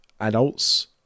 adults